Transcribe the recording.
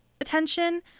attention